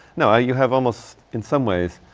no ah you have almost, in some ways,